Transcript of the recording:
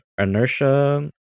inertia